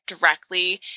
directly